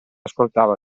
ascoltava